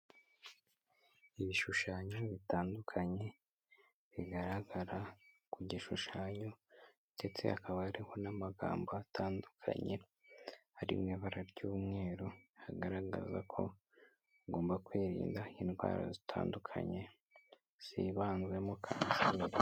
Ibishushanyo bitandukanye bigaragara ku gishushanyo, ndetse hakaba hariho n'amagambo atandukanye, harimo ibara ry'umweru hagaragaza ko ugomba kwirinda indwara zitandukanye zibandwemo kanseri.